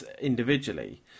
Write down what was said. individually